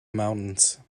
mountains